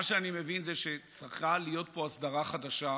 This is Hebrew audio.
מה שאני מבין זה שצריכה להיות פה הסדרה חדשה,